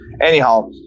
anyhow